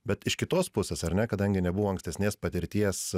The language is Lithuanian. bet iš kitos pusės ar ne kadangi nebuvo ankstesnės patirties